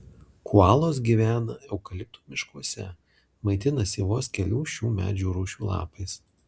koalos gyvena eukaliptų miškuose maitinasi vos kelių šių medžių rūšių lapais